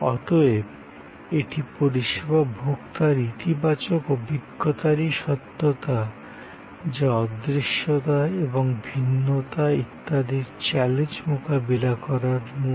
অতএব এটি পরিষেবা ভোক্তার ইতিবাচক অভিজ্ঞতারই সত্যতা যা অদৃশ্যতা এবং ভিন্নতা ইত্যাদির চ্যালেঞ্জ মোকাবিলা করার মূল